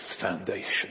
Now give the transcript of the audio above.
foundation